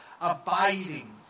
abiding